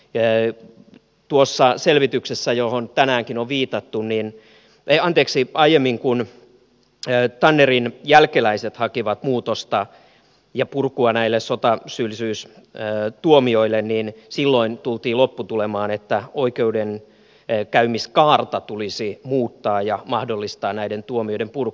ei tuossa selvityksessä johon tänäänkin on viitattu niin vastaisia ja aiemmin kun tannerin jälkeläiset hakivat muutosta ja purkua näille sotasyyllisyystuomioille tultiin lopputulemaan että oikeudenkäymiskaarta tulisi muuttaa ja mahdollistaa näiden tuomioiden purku